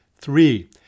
Three